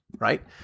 right